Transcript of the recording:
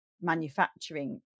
manufacturing